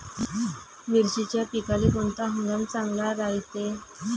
मिर्चीच्या पिकाले कोनता हंगाम चांगला रायते?